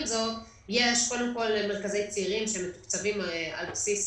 עם זאת יש מרכזי צעירים שמתוקצבים על בסיס